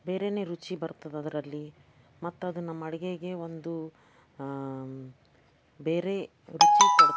ಬೇರೆಯೇ ರುಚಿ ಬರ್ತದದರಲ್ಲಿ ಮತ್ತದು ನಮ್ಮ ಅಡುಗೆಗೆ ಒಂದು ಬೇರೆ ರುಚಿ ಕೊಡ್ತದೆ